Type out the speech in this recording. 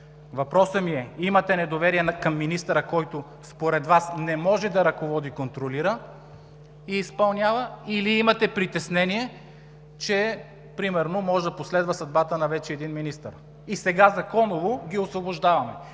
Въпросът ми е: имате недоверие към министър, който според Вас не може да ръководи, контролира и изпълнява, или имате притеснение, че примерно може да последва съдбата на вече един министър?! И сега законово ги освобождаваме?!